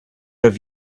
have